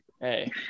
Hey